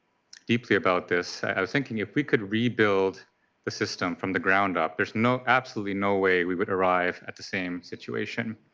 deeply about this, i am thinking if we could rebuild the system from the ground up, there is absolutely no way we would arrive at the same situation.